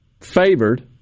favored